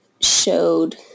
showed